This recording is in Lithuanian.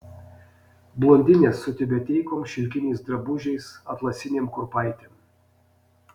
blondinės su tiubeteikom šilkiniais drabužiais atlasinėm kurpaitėm